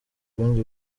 ibindi